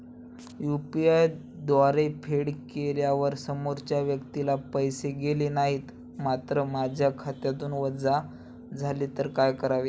UPI द्वारे फेड केल्यावर समोरच्या व्यक्तीला पैसे गेले नाहीत मात्र माझ्या खात्यावरून वजा झाले तर काय करावे?